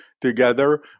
Together